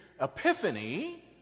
Epiphany